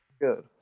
good